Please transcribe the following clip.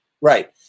right